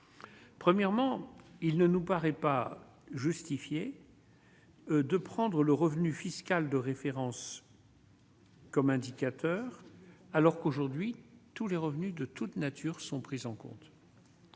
Premièrement, il ne nous paraît pas justifié. De prendre le revenu fiscal de référence. Comme indicateur alors qu'aujourd'hui, tous les revenus de toutes natures sont prises en compte.